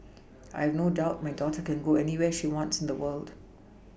I have no doubt my daughter can go anywhere she wants in the world